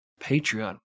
Patreon